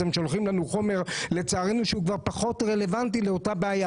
אתם שולחים לנו חומר שהוא לצערנו כבר פחות רלוונטי לאותה בעיה.